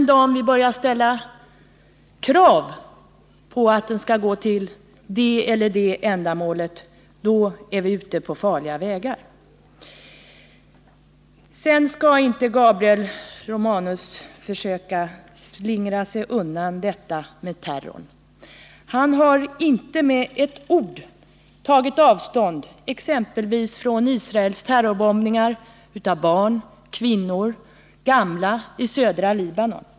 Den dag vi börjar ställa krav på att pengarna skall gå till det eller det ändamålet är vi ute på farliga vägar. Gabriel Romanus skall inte försöka slingra sig undan när det gäller terrorn. Han har inte med ett ord tagit avstånd från exempelvis Israels terrorbombningar av barn, kvinnor och gamla i södra Libanon.